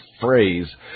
phrase